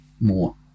more